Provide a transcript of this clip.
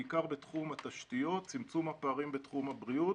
בעיקר בתחום התשתיות וצמצום הפערים בתחום הבריאות,